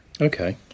okay